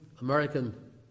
American